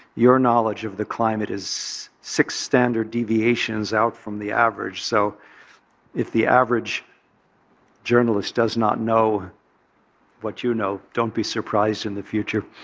your knowledge of the climate is six standard deviations out from the average. so if the average journalist does not know what you know, don't be surprised in the future.